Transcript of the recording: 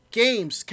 games